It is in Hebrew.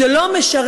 זה לא משרת,